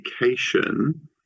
education